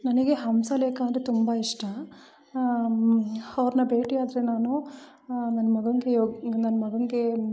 ನನಗೆ ಹಂಸಲೇಖ ಅಂದರೆ ತುಂಬ ಇಷ್ಟ ಅವ್ರ್ನ ಭೇಟಿಯಾದರೆ ನಾನು ನನ್ನ ಮಗನಿಗೆ ಯೋಗ ನನ್ನ ಮಗನಿಗೆ